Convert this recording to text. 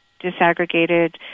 disaggregated